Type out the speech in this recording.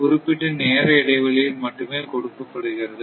குறிப்பிட்ட நேர இடைவெளியில் மட்டுமே கொடுக்கப்படுகிறது